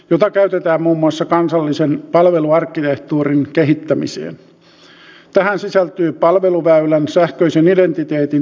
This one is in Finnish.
mutta se on kuitenkin alku siihen että saadaan korjausvelkaa jossain määrin kavennettua